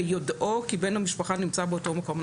ביודעו כי בן המשפחה נמצא באותו מקום".